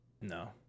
No